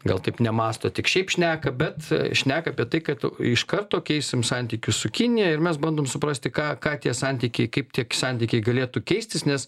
gal taip nemąsto tik šiaip šneka bet šneka apie tai kad iš karto keisim santykius su kinija ir mes bandom suprasti ką ką tie santykiai kaip tie santykiai galėtų keistis nes